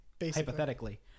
hypothetically